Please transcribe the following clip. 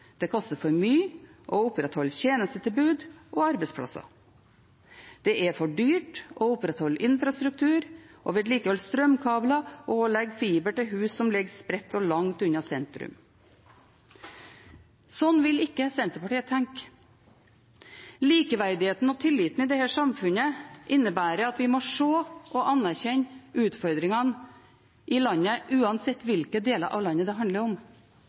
Det koster for mye å opprettholde tjenestetilbud og arbeidsplasser. Det er for dyrt å opprettholde infrastruktur, å vedlikeholde strømkabler og å legge fiber til hus som ligger spredt og langt unna sentrum. Slik vil ikke Senterpartiet tenke. Likeverdigheten og tilliten i dette samfunnet innebærer at vi må se og anerkjenne utfordringene i landet uansett hvilke deler av landet det handler om.